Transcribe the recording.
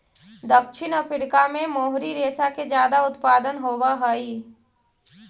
दक्षिण अफ्रीका में मोहरी रेशा के ज्यादा उत्पादन होवऽ हई